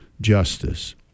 justice